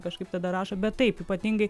kažkaip tada rašo bet taip ypatingai